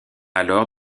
alors